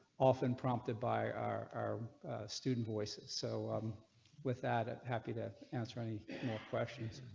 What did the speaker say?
often prompted by our student voice is so um with that a happy to answer any questions.